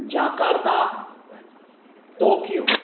Jakarta Tokyo